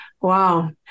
wow